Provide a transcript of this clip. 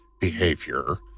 behavior